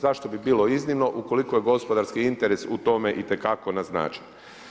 Zašto bi bilo iznimno ukoliko je gospodarski interes u tome itekako naznačen.